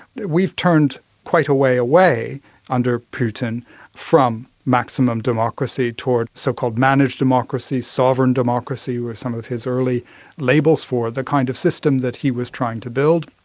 we've turned quite a way away under putin from maximum democracy toward so-called managed democracy, sovereign democracy were some of his early labels for the kind of system that he was trying to build,